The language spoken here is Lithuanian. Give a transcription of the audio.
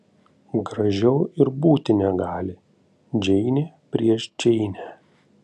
gražiau ir būti negali džeinė prieš džeinę